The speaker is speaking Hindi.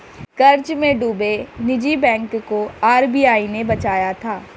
कर्ज में डूबे निजी बैंक को आर.बी.आई ने बचाया था